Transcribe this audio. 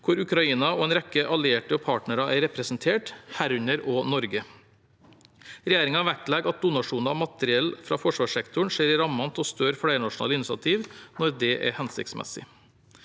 hvor Ukraina og en rekke allierte og partnere er representert, herunder også Norge. Regjeringen vektlegger at donasjoner av materiell fra forsvarssektoren skjer i rammen av større flernasjonale initiativ når det er hensiktsmessig.